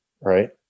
right